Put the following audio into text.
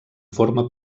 forma